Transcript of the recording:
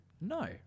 No